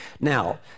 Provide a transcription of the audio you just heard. Now